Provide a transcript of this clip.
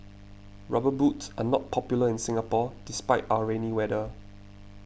rubber boots are not popular in Singapore despite our rainy weather